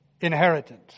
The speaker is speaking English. Inheritance